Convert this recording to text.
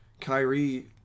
Kyrie